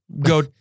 go